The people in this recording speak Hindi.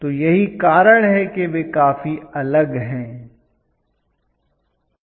तो यही कारण है कि वे काफी अलग हैं